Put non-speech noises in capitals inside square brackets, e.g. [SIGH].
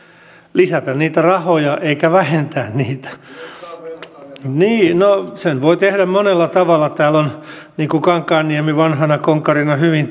lisätä niitä rahoja eikä vähentää niitä no sen voi tehdä monella tavalla niin kuin edustaja kankaanniemi vanhana konkarina hyvin [UNINTELLIGIBLE]